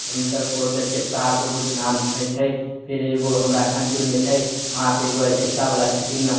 तऽ हुनकर बहुत आर्केस्टा आरमे बहुत नाम होइ छै फिर एगो हमरा खानपुरमे छै वहाँ पे एगो आर्केस्टा बला छथिन ने